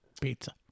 Pizza